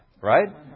right